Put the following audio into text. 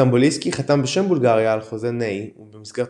סטמבוליסקי חתם בשם בולגריה על חוזה ניי במסגרתו,